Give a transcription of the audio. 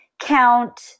count